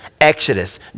Exodus